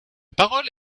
parole